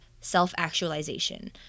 self-actualization